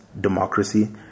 democracy